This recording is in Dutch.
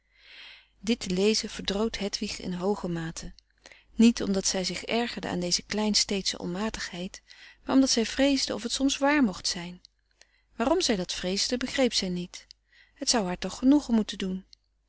dit te lezen verdroot hedwig in hooge mate niet omdat zij zich ergerde aan deze kleinsteedsche onmatigheid maar omdat zij vreesde of het soms waar mocht zijn waarom zij dat vreesde begreep zij niet het zou haar toch genoegen moeten doen